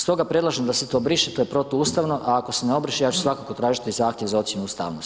Stoga predlažem da se to briše, to je protuustavno, a ako se ne obriše, ja ću svakako tražiti Zahtjev za ocjenu ustavnosti.